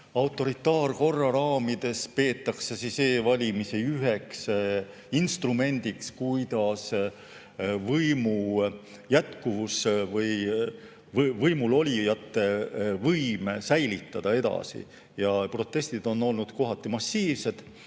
autoritaarkorra raamides peetakse e‑valimisi üheks instrumendiks, kuidas võimu jätkuvust või võimulolijate võimu säilitada. Protestid on olnud kohati massiivsed.